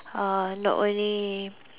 uh not only